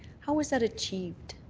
how is that achieved?